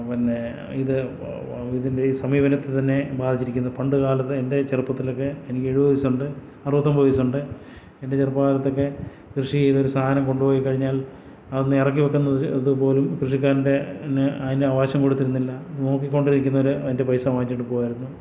പിന്നെ ഇത് ഇതിൻ്റെ സമീപത്ത് തന്നെ ബാധിച്ചിരിക്കുന്നത് പണ്ടുകാലത്ത് എൻ്റെ ചെറുപ്പത്തിലൊക്കെ എനിക്കെഴുപത് വയസ്സുണ്ട് അറുപത്തൊമ്പത് വയസ്സുണ്ട് എൻ്റെ ചെറുപ്പകാലത്തൊക്കെ കൃഷി ചെയ്തൊരു സാധനം കൊണ്ടുപോയിക്കഴിഞ്ഞാൽ അതൊന്ന് ഇറക്കിവെക്കുന്നത് ഇതുപോലും കൃഷിക്കാരൻ്റെ അതിനു അവകാശം കൊടുത്തിരുന്നില്ല നോക്കിക്കൊണ്ടിരിക്കുന്നവർ അതിൻ്റെ പൈസ വാങ്ങിച്ചുകൊണ്ട് പോവുമായിരുന്നു